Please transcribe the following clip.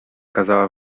kazała